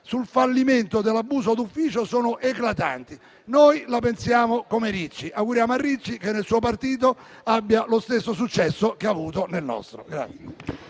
sul fallimento dell'abuso d'ufficio sono eclatanti e noi la pensiamo come Ricci. Auguriamo a Ricci che nel suo partito abbia lo stesso successo che ha avuto nel nostro.